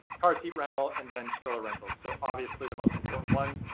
car seat rental and then stroller rentals. so obviously the most important ones,